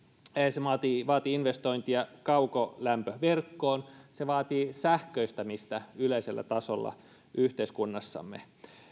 se vaatii vaatii investointeja kaukolämpöverkkoon se vaatii sähköistämistä yleisellä tasolla yhteiskunnassamme